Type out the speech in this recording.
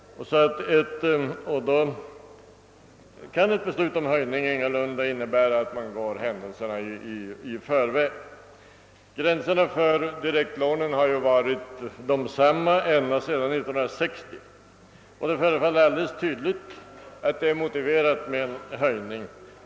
Därför kan ett beslut om höjning ingalunda innebära att man går händelserna i förväg. Gränserna för direktlånen har ju varit desamma ända sedan 1960. Det förefaller alldeles tydligt att det är motiverat med en höjning.